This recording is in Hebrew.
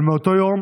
אבל מאותו יום